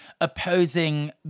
opposing